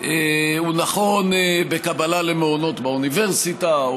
הוא נכון בקבלה למעונות באוניברסיטה,